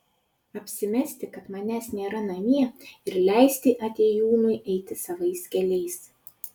apsimesti kad manęs nėra namie ir leisti atėjūnui eiti savais keliais